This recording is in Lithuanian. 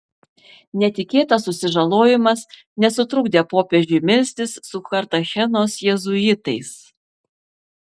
netikėtas susižalojimas nesutrukdė popiežiui melstis su kartachenos jėzuitais